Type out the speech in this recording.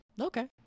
Okay